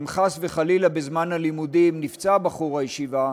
אם חס וחלילה בזמן הלימודים נפצע בחור הישיבה,